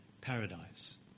paradise